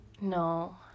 No